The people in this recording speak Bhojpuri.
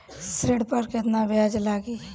ऋण पर केतना ब्याज लगी?